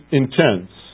intense